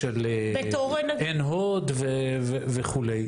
עין הוד וכו',